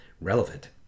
relevant